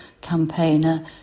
campaigner